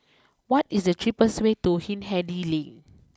what is the cheapest way to Hindhede Lane